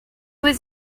was